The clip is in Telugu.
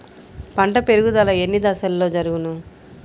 పంట పెరుగుదల ఎన్ని దశలలో జరుగును?